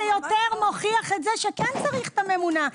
יותר מוכיח את זה שכן צריך את הממונע.